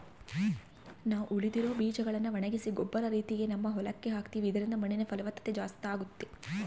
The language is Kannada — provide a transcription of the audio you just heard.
ನಾವು ಉಳಿದಿರೊ ಬೀಜಗಳ್ನ ಒಣಗಿಸಿ ಗೊಬ್ಬರ ರೀತಿಗ ನಮ್ಮ ಹೊಲಕ್ಕ ಹಾಕ್ತಿವಿ ಇದರಿಂದ ಮಣ್ಣಿನ ಫಲವತ್ತತೆ ಜಾಸ್ತಾಗುತ್ತೆ